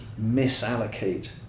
misallocate